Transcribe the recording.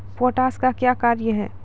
Potash का क्या कार्य हैं?